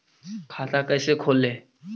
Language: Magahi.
खाता कैसे खोले?